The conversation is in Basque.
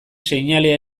seinale